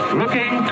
looking